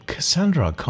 Cassandra